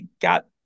got